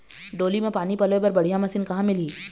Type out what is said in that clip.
डोली म पानी पलोए बर बढ़िया मशीन कहां मिलही?